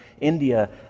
India